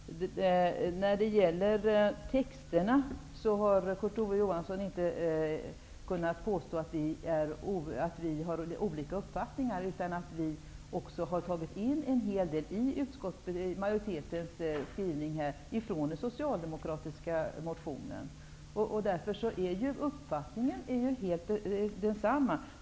Herr talman! När det gäller texterna kan Kurt Ove Johansson inte påstå att vi har olika uppfattningar. En hel del från den socialdemokratiska motionen har tagits in i utskottsmajoritetens skrivning. Därför är uppfattningarna desamma.